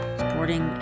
supporting